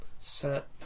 Set